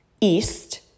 east